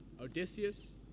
Odysseus